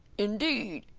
indeed,